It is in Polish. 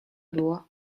było